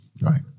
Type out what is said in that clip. Right